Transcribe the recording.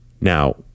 Now